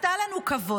עשתה לנו כבוד.